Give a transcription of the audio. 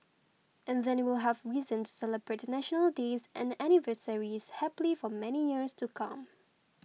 and then we'll have reason to celebrate National Days and anniversaries happily for many years to come